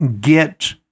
get